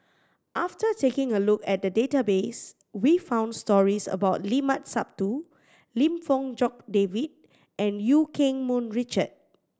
after taking a look at the database we found stories about Limat Sabtu Lim Fong Jock David and Eu Keng Mun Richard